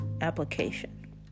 application